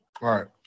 right